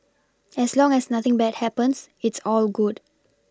as long as nothing bad happens it's all good